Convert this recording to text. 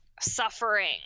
suffering